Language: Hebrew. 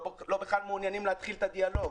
בכלל לא מעוניינים להתחיל את הדיאלוג.